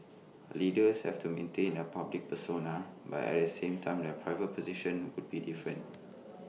leaders have to maintain A public persona but at the same time their private position would be different